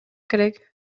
керек